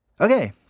Okay